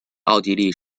奥地利